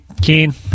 keen